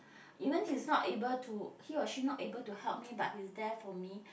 even he's not able to he or she not able to help me but he is there for me